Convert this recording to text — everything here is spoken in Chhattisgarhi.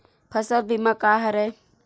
फसल बीमा का हरय?